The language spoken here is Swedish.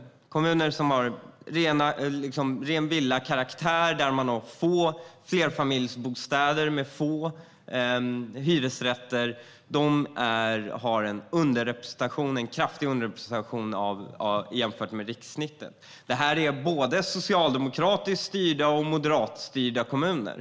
Det är kommuner som har ren villakaraktär och där man har få flerfamiljsbostäder och få hyresrätter. De har en kraftig underrepresentation jämfört med rikssnittet. Det är både socialdemokratiskt styrda och moderatstyrda kommuner.